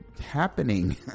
happening